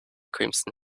crimson